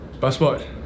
Passport